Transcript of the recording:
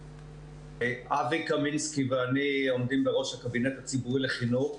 אבי קמינסקי ואני עומדים בראש הקבינט הציבורי לחינוך.